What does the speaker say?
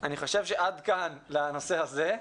אני חושב שעד כאן בנושא הזה.